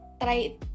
try